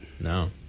No